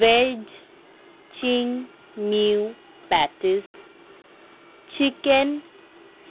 veg চিং মিউ patties chicken